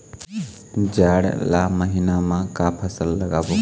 जाड़ ला महीना म का फसल लगाबो?